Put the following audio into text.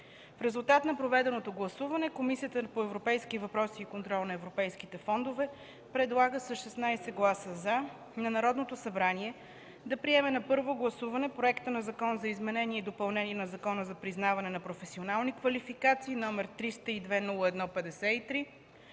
В резултат на проведеното гласуване Комисията по европейските въпроси и контрол на европейските фондове предлага с 16 гласа „за” на Народното събрание да приеме на първо гласуване Законопроект за изменение и допълнение на Закона за признаване на професионални квалификации, № 302-01-53,